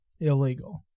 Illegal